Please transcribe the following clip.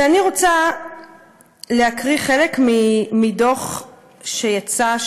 ואני רוצה להקריא חלק מדוח שיצא,